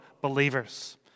believers